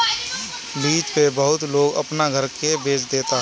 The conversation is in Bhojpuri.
लीज पे बहुत लोग अपना घर के बेच देता